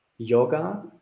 yoga